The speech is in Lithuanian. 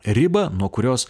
ribą nuo kurios